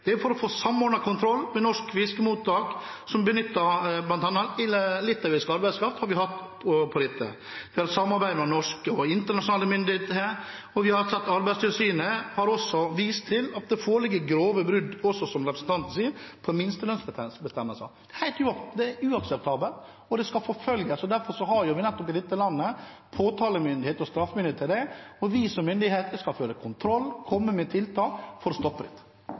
Det er for å få samordnet kontroll med norske fiskemottak som benytter bl.a. litauisk arbeidskraft. Det er samarbeid mellom norske og internasjonale myndigheter. Arbeidstilsynet har også vist til at det foreligger grove brudd på minstelønnsbestemmelsene, som representanten også sier. Det er uakseptabelt, og det skal forfølges. Derfor har vi i dette landet påtalemyndighet og straffemyndighet, og vi som myndighet skal føre kontroll og komme med tiltak for